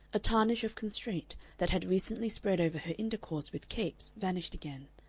a tarnish of constraint that had recently spread over her intercourse with capes vanished again.